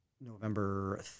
November